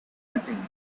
nothing